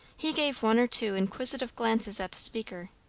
he gave one or two inquisitive glances at the speaker,